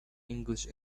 english